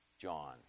John